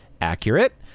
accurate